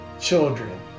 children